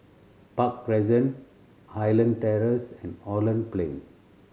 Park Crescent Highland Terrace and Holland Plain